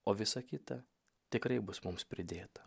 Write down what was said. o visa kita tikrai bus mums pridėta